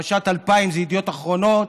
פרשת 2000 זה ידיעות אחרונות,